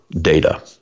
data